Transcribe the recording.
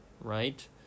right